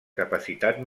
capacitat